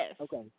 Okay